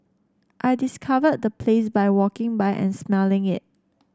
I discovered the place by walking by and smelling it